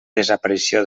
desaparició